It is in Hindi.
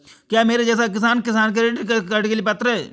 क्या मेरे जैसा किसान किसान क्रेडिट कार्ड के लिए पात्र है?